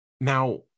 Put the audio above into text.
Now